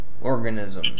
organism